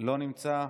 לא נמצא.